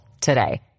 today